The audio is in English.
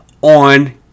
on